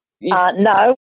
No